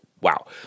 wow